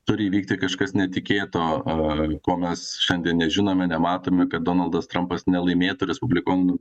turi įvykti kažkas netikėto a ko mes šiandien nežinome nematome kad donaldas trampas nelaimėtų respublikonų